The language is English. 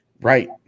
right